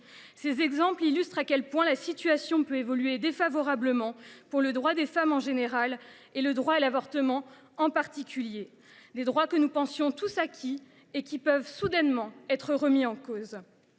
Ces exemples illustrent à quel point la situation peut évoluer défavorablement pour le droit des femmes en général, et le droit à l’avortement en particulier. Alors même que nous pensions tous que ces droits étaient acquis, nous